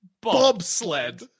Bobsled